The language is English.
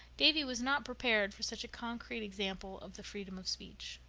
davy was not prepared for such a concrete example of the freedom of speech.